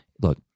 look